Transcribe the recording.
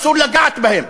אסור לגעת בהם.